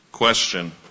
question